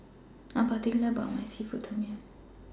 I Am particular about My Seafood Tom Yum